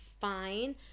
fine